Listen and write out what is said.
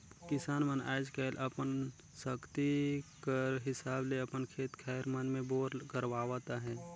किसान मन आएज काएल अपन सकती कर हिसाब ले अपन खेत खाएर मन मे बोर करवात अहे